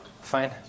Fine